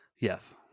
Yes